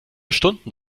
stunden